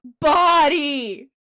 body